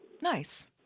Nice